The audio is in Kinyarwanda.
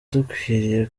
dukwiriye